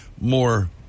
more